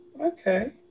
Okay